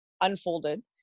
unfolded